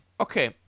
Okay